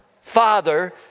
Father